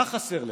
מה חסר לך,